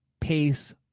pace